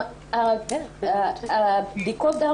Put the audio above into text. בדיקות הדם